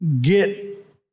get